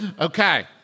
Okay